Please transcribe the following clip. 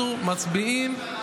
אנחנו מצביעים,